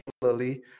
particularly